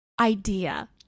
idea